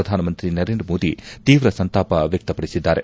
ಪ್ರಧಾನಮಂತ್ರಿ ನರೇಂದ್ರ ಮೋದಿ ತೀವ್ರ ಸಂತಾಪ ವ್ಯಕ್ತಪಡಿಸಿದ್ದಾರೆ